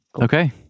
Okay